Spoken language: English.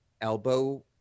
elbow